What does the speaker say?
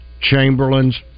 Chamberlain's